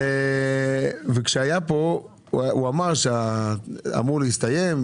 כשהוא היה פה, הוא אמר שזה אמור להסתיים.